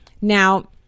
Now